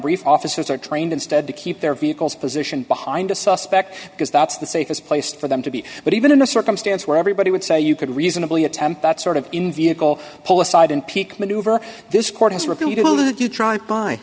brief officers are trained instead to keep their vehicles position behind a suspect because that's the safest place for them to be but even in a circumstance where everybody would say you could reasonably attempt that sort of in vehicle pull aside and peek maneuver this court has repeatedly that you try